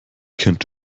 könnt